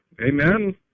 Amen